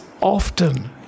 often